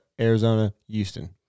Arizona-Houston